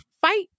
fight